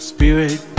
Spirit